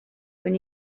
when